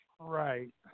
Right